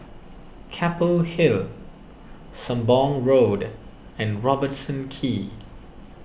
Keppel Hill Sembong Road and Robertson Quay